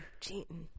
Cheating